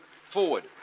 forward